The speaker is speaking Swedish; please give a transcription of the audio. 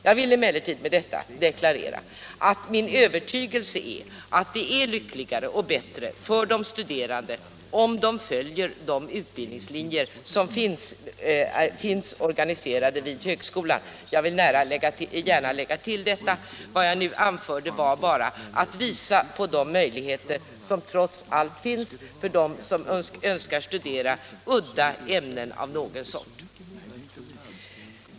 Jag vill emellertid gärna tillägga att min övertygelse är att det är lyckligare och bättre för de studerande om de följer de utbildningslinjer som finns organiserade vid högskolan. Med vad jag nu anförde avsåg jag bara att visa på de möjligheter som trots allt finns för dem som önskar studera udda ämnen av någon sort.